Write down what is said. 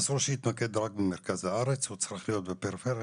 אסור שזה יתמקד רק במרכז הארץ וזה צריך להיות גם בפריפריה.